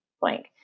blank